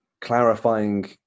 clarifying